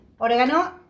Oregano